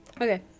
Okay